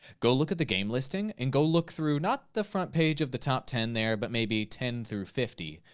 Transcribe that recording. go look at the game listing, and go look through not the front page of the top ten there, but maybe ten through fifty,